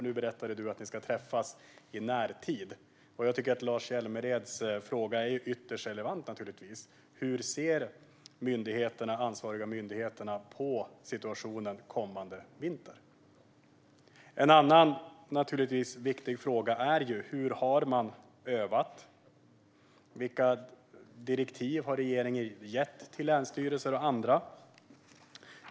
Nu berättade du att ni ska träffas i närtid. Jag tycker naturligtvis att Lars Hjälmereds fråga är ytterst relevant. Hur ser ansvariga myndigheter på situationen kommande vinter? En annan viktig fråga är: Hur har man övat? Vilka direktiv har regeringen gett till länsstyrelser och andra?